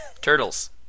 Turtles